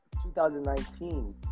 2019